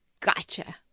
gotcha